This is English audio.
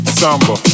Samba